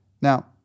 Now